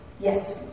Yes